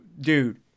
dude